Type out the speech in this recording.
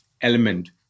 element